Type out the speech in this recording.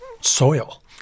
soil